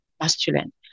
masculine